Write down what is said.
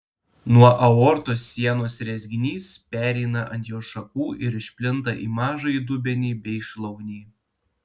nuo aortos sienos rezginys pereina ant jos šakų ir išplinta į mažąjį dubenį bei šlaunį